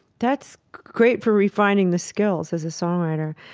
that's great for refining the skills as a songwriter.